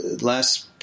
last